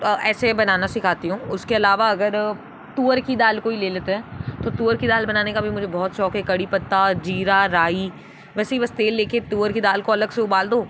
ऐसे बनाना सिखाती हूँ उसके अलावा अगर तुवर की दाल को ही ले लेते हैं तो तुवर की दाल बनाने का भी मुझे बहुत शौक़ है कड़ी पत्ता जीरा राई वैसे ही बस तेल ले कर तुवर की दाल को अलग से उबाल दो